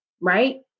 right